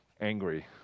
angry